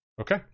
Okay